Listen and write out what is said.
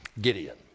Gideon